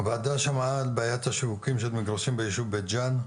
הוועדה שמעה על בעיית השיווקיים של מגרשים בישוב בית ג'ן,